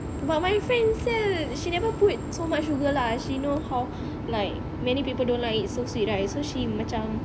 but my friend sell she never put so much sugar lah she know how like many people don't like it so sweet right so she make macam